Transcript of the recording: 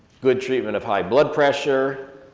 good treatment of high blood pressure.